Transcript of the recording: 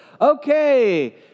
okay